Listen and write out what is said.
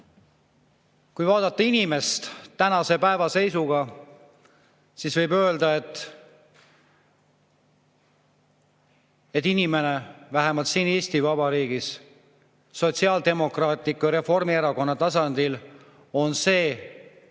Kui vaadata inimest tänase päeva seisuga, siis võib öelda, et inimene – vähemalt siin Eesti Vabariigis Sotsiaaldemokraatliku Erakonna ja Reformierakonna tasandil – on see indiviid,